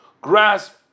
grasp